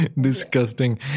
disgusting